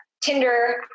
Tinder